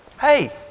Hey